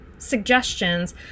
suggestions